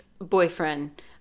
boyfriend